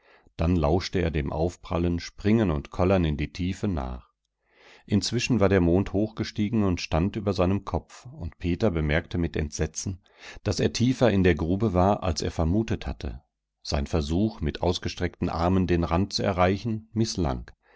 dann lauschte er dem aufprallen springen und kollern in die tiefe nach inzwischen war der mond hochgestiegen und stand über seinem kopf und peter bemerkte mit entsetzen daß er tiefer in der grube war als er vermutet hatte sein versuch mit ausgestreckten armen den rand zu erreichen mißlang